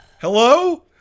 Hello